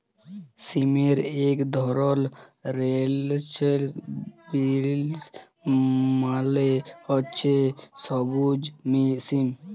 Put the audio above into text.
সিমের ইক ধরল ফেরেল্চ বিলস মালে হছে সব্যুজ সিম